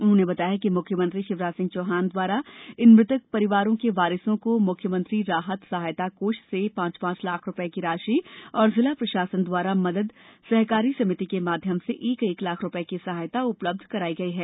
उन्होंने बताया कि मुख्यमंत्री शिवराज सिंह चौहान द्वारा इन मृतक परिवारों के वारिसों को म्ख्यमंत्री राहत सहायता कोष से पांच पांच लाख रूपये की राशि तथा जिला प्रशासन द्वारा मदद सहकारी समिति के माध्यम से एक एक लाख रूपये की सहायता उपलब्ध कराई गई है